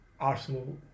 Arsenal